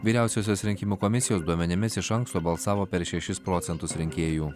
vyriausiosios rinkimų komisijos duomenimis iš anksto balsavo per šešis procentus rinkėjų